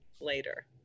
later